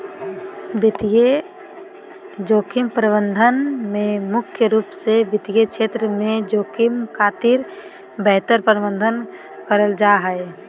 वित्तीय जोखिम प्रबंधन में मुख्य रूप से वित्त क्षेत्र में जोखिम खातिर बेहतर प्रबंध करल जा हय